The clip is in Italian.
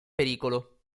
pericolo